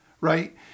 right